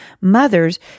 mothers